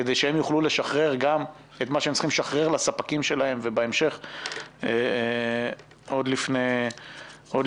כדי שהם יוכלו לשחרר את מה שהם צריכים לשחרר לספקים שלהם עוד לפני פסח.